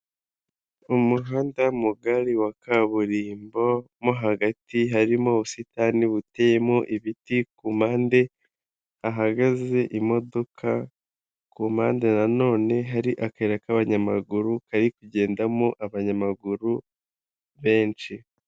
Mu muhanda mugari wa kaburimbo mo hagati harimo ubusitani buteyemo ibiti ku mpande, hagaze imodoka, ku mpande na none hari akayira k'abanyamaguru kari kugendamo abanyamaguru benshi.